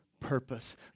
purpose